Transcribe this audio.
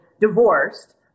divorced